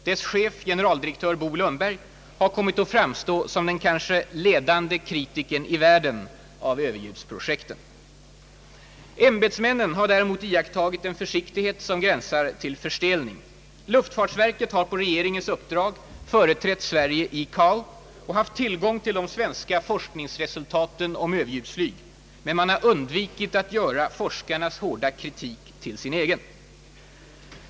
Dess chef, generaldirektör Bo Lundberg, har kommit att framstå som den ledande kritikern i världen av Ööverljudsprojekten. Ämbetsmännen har däremot iakttagit en försiktighet som gränsar till förstelning. Luftfartsverket har på regeringens uppdrag företrätt Sverige i ICAO och haft tillgång till de svenska forskningsresultaten om Ööverljudsflyg, men man har undvikit att göra forskarnas hårda kritik till sin egen.